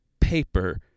paper